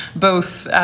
both